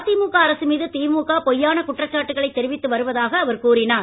அதிமுக அரசு மீது திமுக பொய்யான குற்றசாட்டுகளை தெரிவித்து வருவதாக கூறினார்